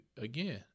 again